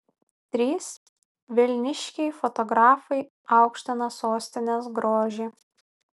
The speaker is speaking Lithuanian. trys vilniškiai fotografai aukština sostinės grožį